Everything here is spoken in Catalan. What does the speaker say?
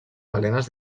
balenes